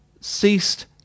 ceased